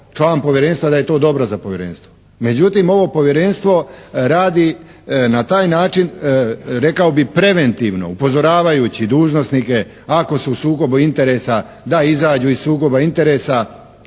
član povjerenstva da je to dobro za povjerenstvo, međutim ovo Povjerenstvo radi na taj način rekao bih preventivno upozoravajući dužnosnike ako su u sukobu interesa da izađu iz sukoba interesa